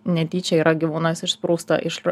netyčia yra gyvūnas išsprūsta iš